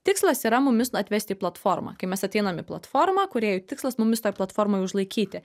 tikslas yra mumis atvesti į platformą kai mes ateinam į platformą kurie jų tikslas mumis toj platformoj užlaikyti